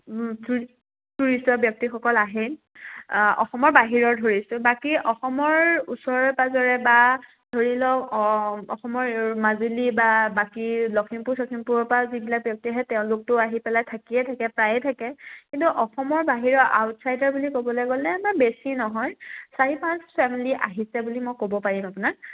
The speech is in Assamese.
টুৰিষ্টৰ ব্যক্তিসকল আহে অসমৰ বাহিৰৰ ধৰি বাকী অসমৰ ওচৰে পাঁজৰে বা ধৰি লওক অসমৰ মাজুলী বা বাকী লখিমপুৰ চখিমপুৰৰপৰা যিবিলাক ব্যক্তি আহে তেওঁলোকতো আহি পেলাই থাকিয়ে থাকে প্ৰায়ে থাকে কিন্তু অসমৰ বাহিৰৰ আউটচাইডাৰ বুলি ক'বলৈ গ'লে বা বেছি নহয় চাৰি পাঁচ ফেমিলি আহিছে বুলি মই ক'ব পাৰিম আপোনাক